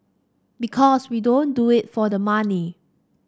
because we don't do it for the money